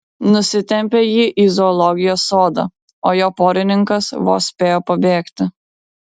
nusitempė jį į zoologijos sodą o jo porininkas vos spėjo pabėgti